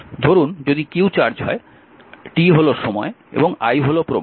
ধরুন যদি q charge হয় t হল সময় এবং i হল প্রবাহ